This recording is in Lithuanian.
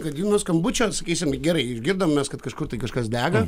kad jum nuo skambučio sakysim gerai išgirdom mes kad kažkur tai kažkas dega